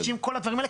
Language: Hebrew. וכל הדברים האלה,